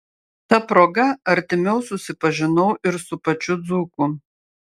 ta proga artimiau susipažinau ir su pačiu dzūku